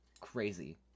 Crazy